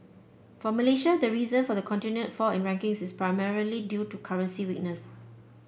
for Malaysia the reason for the continued fall in rankings is primarily due to currency weakness